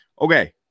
Okay